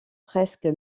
presque